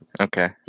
Okay